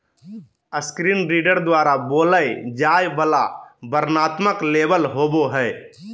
screen reader द्वारा बोलय जाय वला वर्णनात्मक लेबल होबो हइ